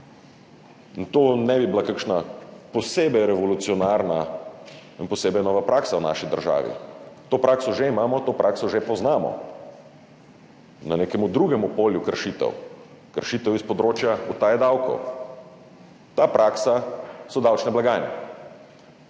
to ne bi bila kakšna posebej revolucionarna in posebej nova praksa v naši državi. To prakso že imamo, to prakso že poznamo na nekem drugem polju kršitev, kršitev s področja utaje davkov. Ta praksa so davčne blagajne.